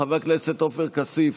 חבר הכנסת עפר כסיף,